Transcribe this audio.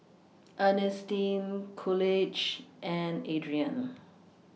Earnestine Coolidge and Adrain